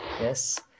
Yes